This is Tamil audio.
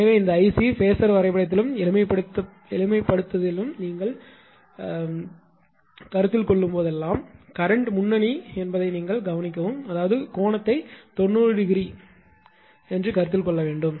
எனவே இந்த 𝐼𝑐 ஃபேஸர் வரைபடத்திலும் எளிமைப்படுத்தலிலும் நீங்கள் கருத்தில் கொள்ளும்போதெல்லாம் கரண்ட் முன்னணி என்பதை பார்க்கவும் அதாவது அந்த கோணத்தை 90 ° சரியாகக் கருத்தில் கொள்ள வேண்டும்